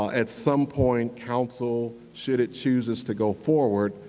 at some point, council, should it choose ah to go forward,